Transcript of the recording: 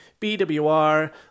BWR